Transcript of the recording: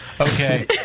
okay